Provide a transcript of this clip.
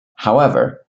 however